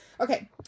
Okay